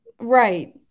Right